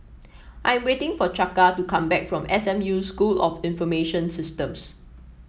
I'm waiting for Chaka to come back from S M U School of Information Systems